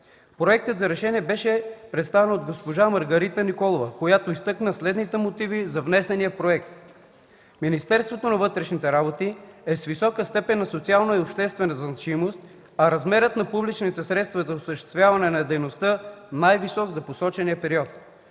Проектът за решение беше представен от госпожа Маргарита Николова, която изтъкна следните мотиви за внесения проект: Министерството на вътрешните работи е с висока степен на социална и обществена значимост, а размерът на публичните средства за осъществяване на дейността най-висок за посочения период.